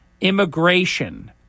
Immigration